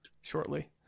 shortly